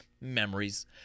Memories